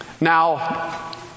Now